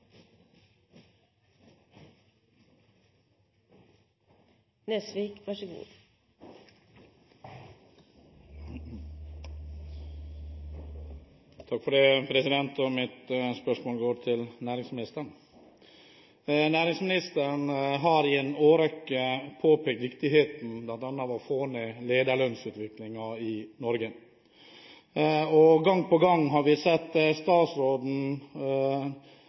Mitt spørsmål går til næringsministeren. Næringsministeren har i en årrekke påpekt viktigheten bl.a. av å få ned lederlønnsutviklingen i Norge. Gang på gang har vi sett statsråden